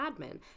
admin